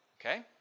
okay